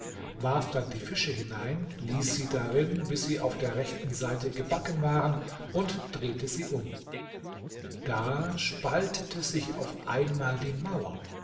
warf dann die fische hinein ließ sie darin bis sie auf der rechten seite gebacken waren und drehte sie um da spaltete sich auf einmal die mauer